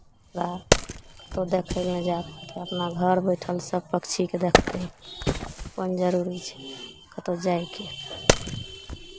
सुग्गा कतहु देखय लए नहि जाए पड़तै अपना घर बैठल सभ पक्षीकेँ देखतै कोन जरूरी छै कतहु जायके